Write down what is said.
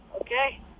Okay